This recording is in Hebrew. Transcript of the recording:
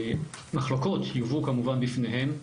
מחלוקות יובאו כמובן בפניהם,